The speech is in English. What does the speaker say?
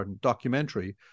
documentary